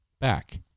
back